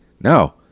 No